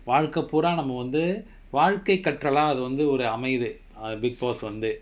வாழ்க பூரா நம்ம வந்து வாழ்க்கை கற்றலா அது ஒரு அமயுது:vaalka poora namma vanthu vaalkai katralaa athu oru amayuthu uh big boss வந்து:vanthu